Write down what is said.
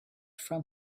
from